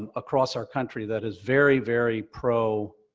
um across our country that is very, very pro-daca.